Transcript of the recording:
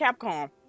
capcom